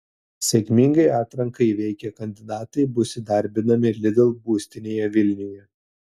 sėkmingai atranką įveikę kandidatai bus įdarbinami lidl būstinėje vilniuje